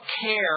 care